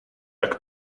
jak